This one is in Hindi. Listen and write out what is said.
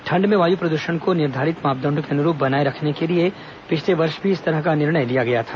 ठंड में वायु प्रद्षण को निर्धारित मापदंडो के अनुरूप बनाए रखने के लिए पिछले वर्ष भी इस तरह का निर्णय लिया गया था